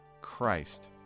christ